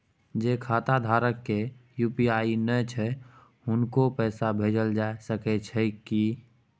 जे खाता धारक के यु.पी.आई नय छैन हुनको पैसा भेजल जा सकै छी कि?